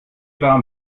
warm